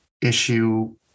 issue